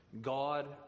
God